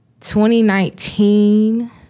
2019